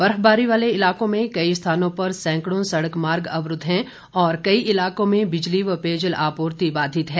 बर्फबारी वाले इलाकों में कई स्थानों पर सैंकड़ों सड़क मार्ग अवरूद्व हैं और कई इलाकों में बिजली व पेयजल आपूर्ति बाधित है